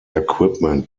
equipment